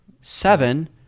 Seven